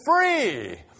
free